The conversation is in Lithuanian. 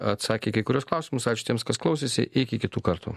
atsakė į kai kuriuos klausimus ačiū tiems kas klausėsi iki kitų kartų